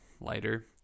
lighter